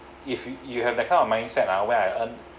if you you have that kind of mindset ah where I earn